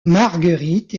marguerite